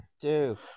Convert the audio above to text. Two